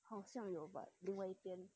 好像有吧另外一边